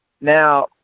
Now